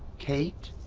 kate.